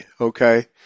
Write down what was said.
Okay